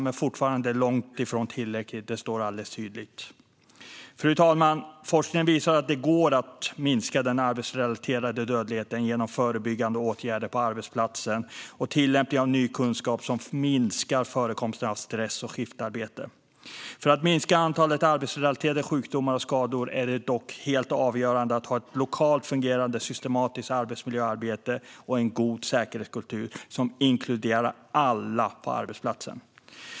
Men fortfarande är det långt ifrån tillräckligt - det står alldeles tydligt. Fru talman! Forskningen visar att det går att minska den arbetsrelaterade dödligheten genom förebyggande åtgärder på arbetsplatsen och tillämpning av ny kunskap som minskar förekomsten av stress och skiftarbete. För att minska antalet arbetsrelaterade sjukdomar och skador är det dock helt avgörande att ha ett fungerande och systematiskt lokalt arbetsmiljöarbete och en god säkerhetskultur som inkluderar alla på arbetsplatsen.